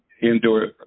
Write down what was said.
indoor